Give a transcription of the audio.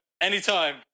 anytime